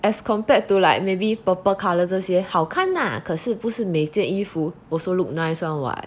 as compared to like maybe purple colour 这些好看 lah 可是不是每件衣服 also look nice [one] [what]